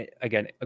Again